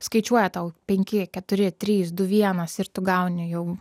skaičiuoja tau penki keturi trys du vienas ir tu gauni jau